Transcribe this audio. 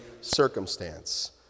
circumstance